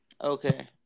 Okay